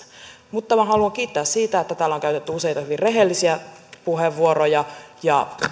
mutta minä haluan kiittää siitä että täällä on käytetty useita hyvin rehellisiä puheenvuoroja ja